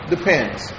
Depends